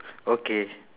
okay